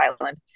Island